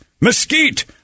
mesquite